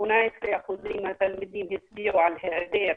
18% מהתלמידים הצביעו על היעדר